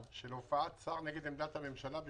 תפתרו את הבעיות האלה.